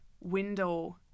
window